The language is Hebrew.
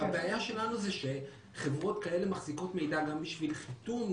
הבעיה שלנו היא שחברות כאלה מחזיקות מידע גם בשביל חיתום,